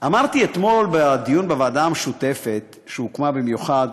אמרתי אתמול בדיון בוועדה המשותפת שהוקמה במיוחד,